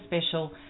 special